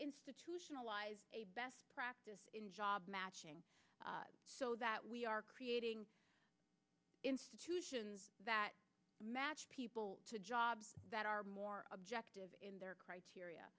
institutionalize a best practice in job matching so that we are creating institutions that match people to jobs that are more objective in their criteria